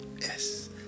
Yes